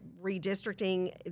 redistricting